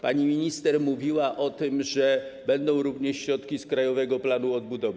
Pani minister mówiła o tym, że będą również środki z Krajowego Planu Odbudowy.